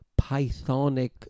pythonic